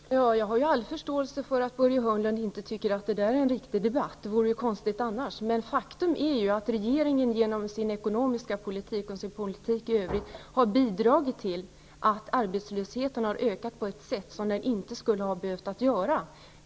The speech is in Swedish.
Herr talman! Jag har full förståelse för att Börje Hörnlund inte tycker att detta är en riktig debatt. Det vore konstigt annars. Men faktum är att regeringen genom sin ekonomiska politik och sin politik i övrigt har bidragit till att arbetslösheten har ökat på ett sätt som den inte skulle ha behövt göra.